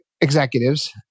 executives